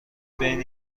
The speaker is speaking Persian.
بین